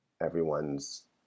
everyone's